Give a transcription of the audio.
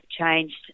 changed